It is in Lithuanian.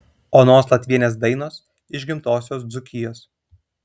onos latvienės dainos iš gimtosios dzūkijos